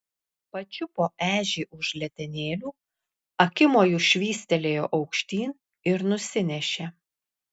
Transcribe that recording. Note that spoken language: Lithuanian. pačiupo ežį už letenėlių akimoju švystelėjo aukštyn ir nusinešė